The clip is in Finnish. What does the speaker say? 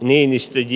niinistö ei